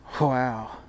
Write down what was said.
Wow